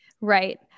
Right